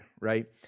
right